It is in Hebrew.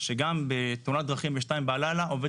שגם בתאונת דרכים ב-2:00 בלילה עובד